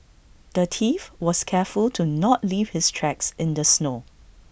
the thief was careful to not leave his tracks in the snow